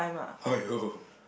!aiyo!